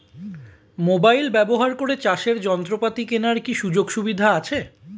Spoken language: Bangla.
মোবাইল ব্যবহার করে চাষের যন্ত্রপাতি কেনার কি সুযোগ সুবিধা আছে?